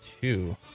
Two